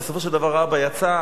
בסופו של דבר האבא יצא,